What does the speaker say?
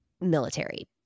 military